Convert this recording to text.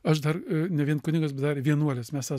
aš dar ne vien kunigas bet dar vienuolis nes aš